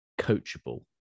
coachable